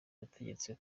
yategetse